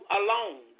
alone